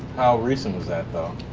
how recent was that, though?